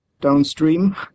downstream